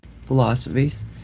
philosophies